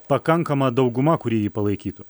pakankama dauguma kuri jį palaikytų